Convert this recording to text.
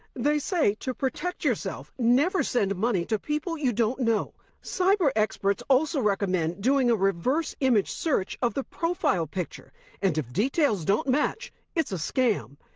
they say to protect yourself never send money to people you don't know. cyber experts also recommend doing a reverse image search of the profile picture and if details don't match it's a scam.